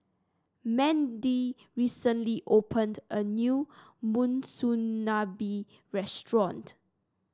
Mandy recently opened a new Monsunabe restaurant